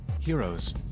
Heroes